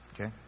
Okay